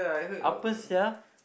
apa sia